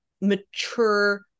mature